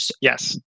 yes